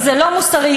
לא יכול להיות.